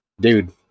dude